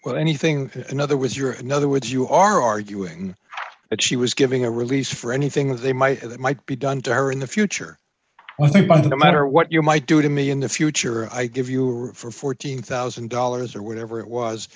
well anything another was your in other words you are arguing that she was giving a release for anything that they might that might be done to her in the future i think by that matter what you might do to me in the future i give you for fourteen thousand dollars or whatever it was